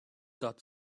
got